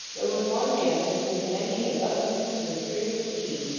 there was one man from whom many as uncouth and fierce as he,